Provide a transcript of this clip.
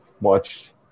Watch